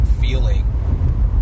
feeling